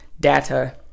data